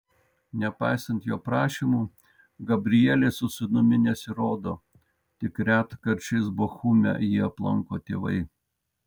nepaisant jo prašymų gabrielė su sūnumi nesirodo tik retkarčiais bochume jį aplanko tėvai